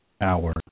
hour